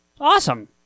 Awesome